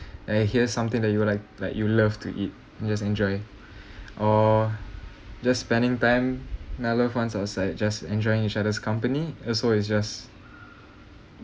and here's something that you like like you love to eat just enjoy or just spending time with loved ones outside just enjoying each other's company also it's just